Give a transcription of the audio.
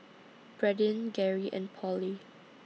Bradyn Gary and Polly